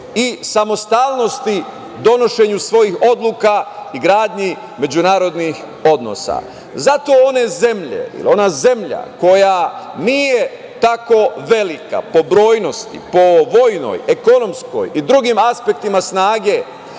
i samostalnosti, donošenju svojih odluka i gradnji međunarodnih odnosa. Zato one zemlje i ona zemlja koja nije tako velika po brojnosti, po vojnoj, ekonomskoj i drugim aspektima snage